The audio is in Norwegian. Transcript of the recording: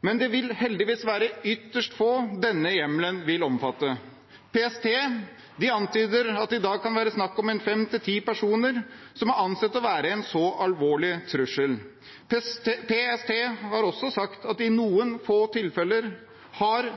men det vil heldigvis være ytterst få denne hjemmelen vil omfatte. PST antyder at det i dag kan være snakk om fem–ti personer som er ansett å være en så alvorlig trussel. PST har også sagt at de i noen få tilfeller har